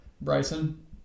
Bryson